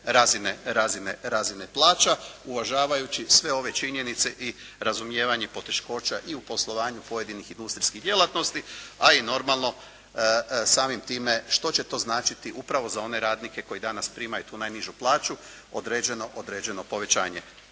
razine plaća uvažavajući sve ove činjenice i razumijevanje poteškoća i u poslovanju pojedinih industrijskih djelatnosti, a i normalno samim time što će to značiti upravo za one radnike koji danas primaju tu najnižu plaću određeno povećanje